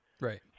Right